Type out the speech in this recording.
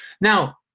Now